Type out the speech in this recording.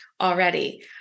already